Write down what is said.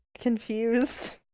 confused